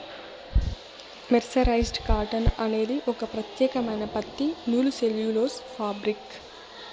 mercerised cotton అనేది ఒక ప్రత్యేకమైన పత్తి నూలు సెల్యులోజ్ ఫాబ్రిక్